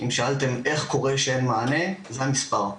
אם שאלתם איך קורה שאין מענה, זה המספר.